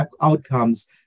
outcomes